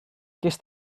gest